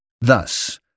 Thus